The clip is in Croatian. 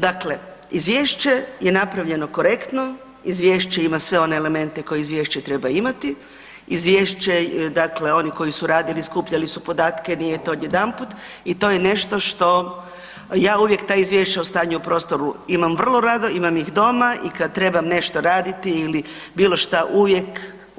Dakle, izvješće je napravljeno korektno, izvješće ima sve one elemente koje izvješće treba imati, izvješće dakle oni koji su radili skupljali su podatke, nije to odjedanput i to je nešto što, ja uvijek ta izvješća o stanju u prostoru imam vrlo rado, imam ih doma i kad trebam nešto raditi ili bilo šta uvijek